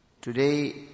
Today